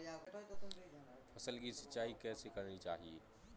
फसल की सिंचाई कैसे करनी चाहिए?